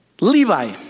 Levi